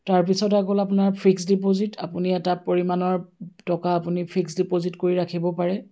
তাৰপিছত আপোনাৰ fix deposit আপুনি এটা পৰিমাণৰ টকা আপুনি ফিক্স ডিপ'জিট কৰি ৰাখিব পাৰে